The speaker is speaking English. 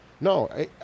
No